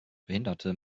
behinderte